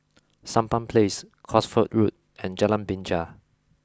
Sampan Place Cosford Road and Jalan Binja